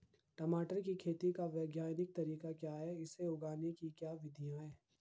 टमाटर की खेती का वैज्ञानिक तरीका क्या है इसे उगाने की क्या विधियाँ हैं?